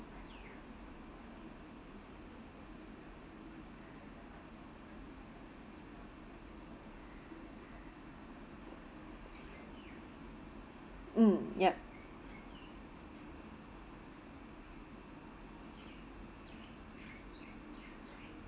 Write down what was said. mm yup